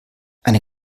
eine